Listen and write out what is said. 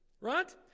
right